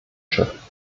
schiff